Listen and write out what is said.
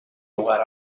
lugar